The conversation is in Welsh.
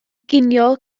ginio